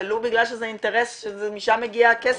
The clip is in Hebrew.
ולו בגלל שזה אינטרס שמשם מגיע הכסף,